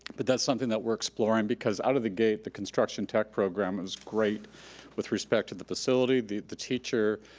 but does something that we're exploring because out of the gate, the construction tech program was great with respect to the facility, the the teacher,